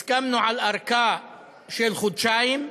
הסכמנו על ארכה של חודשיים,